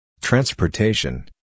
Transportation